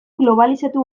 globalizatu